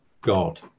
God